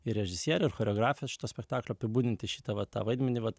ir režisierėir choreografė šito spektaklio apibūdinti šitą va tą vaidmenį vat